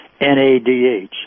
NADH